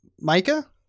Micah